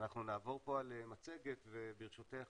אנחנו נעבור פה על מצגת וברשותך,